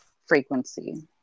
frequency